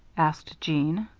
asked jeanne.